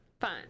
fun